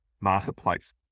marketplace